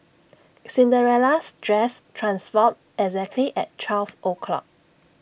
Cinderella's dress transformed exactly at twelve o'clock